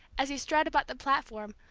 as he strode about the platform,